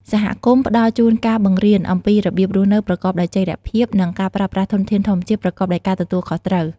សហគមន៍ផ្តល់ជូនការបង្រៀនអំពីរបៀបរស់នៅប្រកបដោយចីរភាព និងការប្រើប្រាស់ ធនធាន ធម្មជាតិប្រកបដោយការទទួលខុសត្រូវ។